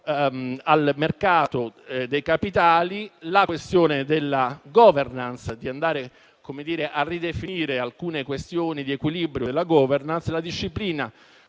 al mercato dei capitali; cito anche la questione della *governance* andando a ridefinire alcune questioni di equilibrio della *governance*, la disciplina